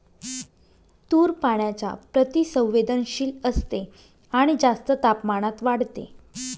तूर पाण्याच्या प्रति संवेदनशील असते आणि जास्त तापमानात वाढते